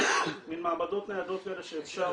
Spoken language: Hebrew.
מן מעבדות ניידות כאלה שאפשר,